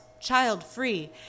child-free